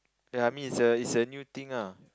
ya I mean is a is a new thing ah